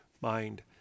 mind